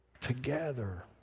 together